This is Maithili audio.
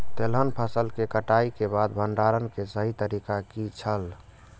तेलहन फसल के कटाई के बाद भंडारण के सही तरीका की छल?